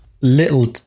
Little